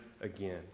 again